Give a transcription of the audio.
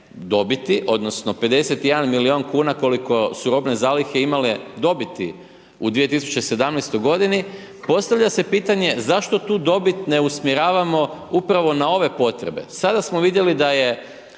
dobiti odnosno 51 milijun kuna koliko su robne zalihe imale dobiti u 2017.g. postavlja se pitanje zašto tu dobit ne usmjeravamo upravo na ove potrebe. Sada smo vidjeli da je